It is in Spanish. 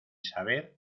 saber